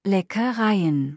Leckereien